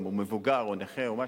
אם הוא מבוגר או נכה או משהו,